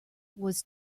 was